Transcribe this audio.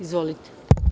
Izvolite.